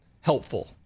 helpful